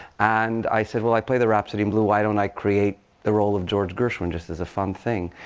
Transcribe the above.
and i said, well, i play the rhapsody in blue. why don't i create the role of george gershwin, just as a fun thing.